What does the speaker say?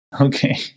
okay